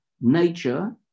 nature